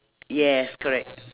yes correct